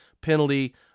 penalty